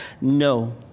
No